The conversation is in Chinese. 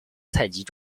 采集